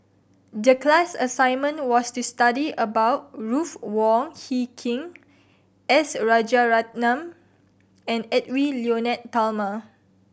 the class assignment was to study about Ruth Wong Hie King S Rajaratnam and Edwy Lyonet Talma